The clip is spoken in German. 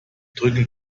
drücken